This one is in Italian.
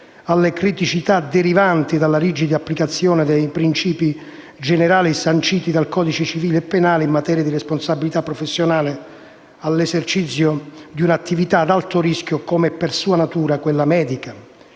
alle criticità derivanti dalla rigida applicazione dei principi generali sanciti dal codice civile e dal codice penale in materia di responsabilità professionale nell'esercizio di un'attività ad alto rischio come per sua natura è quella medica.